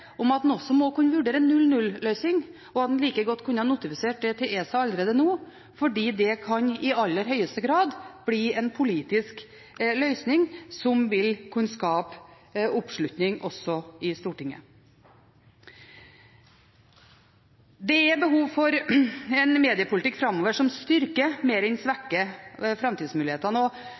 om at en også må kunne vurdere en 0–0-løsning, og at en like godt kunne ha notifisert det til ESA allerede nå, fordi det i aller høyeste grad kan bli en politisk løsning som vil kunne få oppslutning også i Stortinget. Det er behov for en mediepolitikk framover som styrker mer enn den svekker framtidsmulighetene.